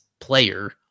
player